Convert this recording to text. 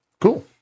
Cool